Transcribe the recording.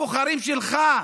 לבוחרים שלך,